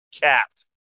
Capped